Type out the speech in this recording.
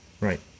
Right